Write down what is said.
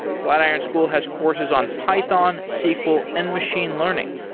flatiron school has courses on python, sql and machine learning.